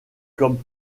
comme